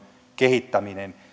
kehittämisen